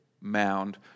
mound